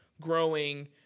growing